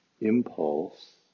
impulse